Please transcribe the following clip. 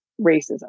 racism